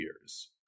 years